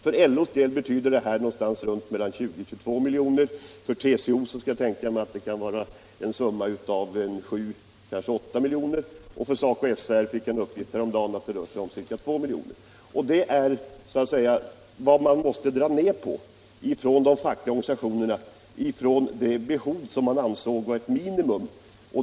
För LO betyder detta 20-25 milj.kr. För TCO kan jag tänka mig en summa av 7-8 milj.kr. För SACO/SR fick jag häromdagen en uppgift om att det rör sig om ca 2 milj.kr. Med dessa belopp får alltså de fackliga organisationerna minska de behov som de tidigare ansett vara ett minimum.